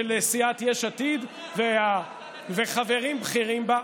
של סיעת יש עתיד וחברים בכירים בה,